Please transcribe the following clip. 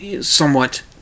somewhat